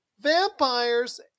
Vampires